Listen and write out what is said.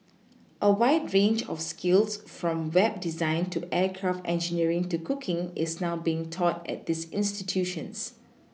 a wide range of skills from web design to aircraft engineering to cooking is now being taught at these institutions